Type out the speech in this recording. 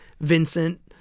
Vincent